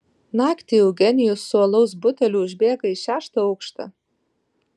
naktį eugenijus su alaus buteliu užbėga į šeštą aukštą